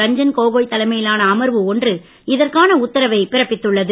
ரஞ்சன் கோகோய் தலைமையிலான அமர்வு ஒன்று இதற்கான உத்தரவை பிறப்பித்துள்ளது